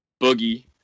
Boogie